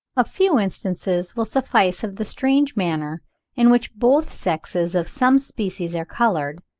a few instances will suffice of the strange manner in which both sexes of some species are coloured,